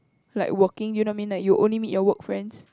like working you know I mean like you only meet your work friends